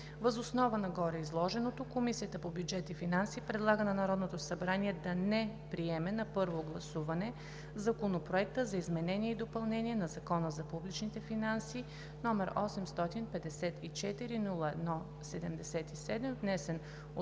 Въз основа на гореизложеното Комисията по бюджет и финанси предлага на Народното събрание да не приеме на първо гласуване Законопроект за изменение и допълнение на Закона за публичните финанси, № 854-01-77, внесен от